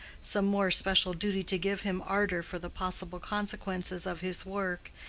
some more special duty to give him ardor for the possible consequences of his work,